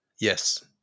yes